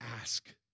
ask